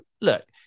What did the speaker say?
look